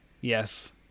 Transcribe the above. Yes